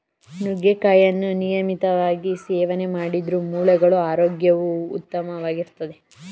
ನುಗ್ಗೆಕಾಯಿಯನ್ನು ನಿಯಮಿತವಾಗಿ ಸೇವನೆ ಮಾಡಿದ್ರೆ ಮೂಳೆಗಳ ಆರೋಗ್ಯವು ಉತ್ತಮವಾಗಿರ್ತದೆ